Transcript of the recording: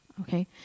Okay